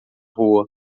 rua